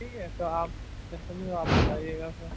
ٹھیک ہے تو آپ جیسا بھی ہو آپ بتائیے گا پھر